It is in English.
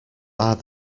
are